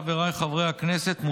חבריי חברי הכנסת,